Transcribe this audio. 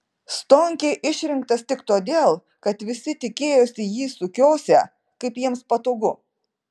stonkė išrinktas tik todėl kad visi tikėjosi jį sukiosią kaip jiems patogu